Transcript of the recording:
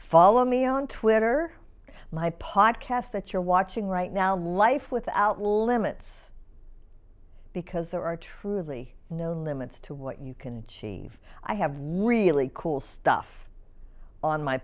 follow me on twitter my podcast that you're watching right now life without limits because there are truly no limits to what you can achieve i have really cool stuff on my